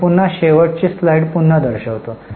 मी पुन्हा शेवटची स्लाइड पुन्हा दर्शवतो